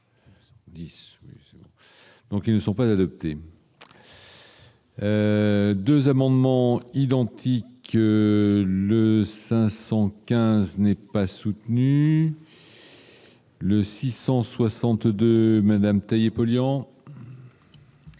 Donc ils ne sont pas adoptées. 2 amendements identiques, le 515 n'est pas soutenu. Le 662 Madame polluant.